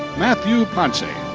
matthew ponce.